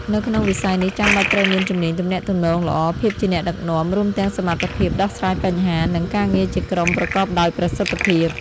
នៅក្នុងវិស័យនេះចាំបាច់ត្រូវមានជំនាញទំនាក់ទំនងល្អ ភាពជាអ្នកដឹកនាំ រួមទាំងសមត្ថភាពដោះស្រាយបញ្ហា និងការងារជាក្រុមប្រកបដោយប្រសិទ្ធភាព។